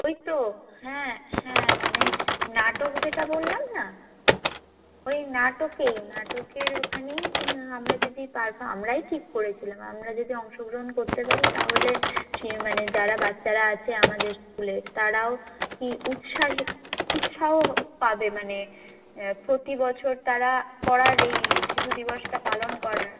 ওই তো হ্যাঁ হ্যাঁ মানে নাটক যেটা বললাম না ওই নাটকেই নাটকের ওখানেই আমরা যদি পারফর্ম আমরাই ঠিক করেছিলাম আমরা যদি অংশগ্রহণ করতে পারি তাহলে সে মানে যারা বাচ্চারা আছে আমাদের স্কুলের তারাও কি উৎসাহী উৎসাহ পাবে মানে প্রতি বছর তারা করার এই শিশু দিবসটা পালন করার